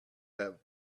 have